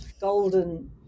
golden